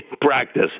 practice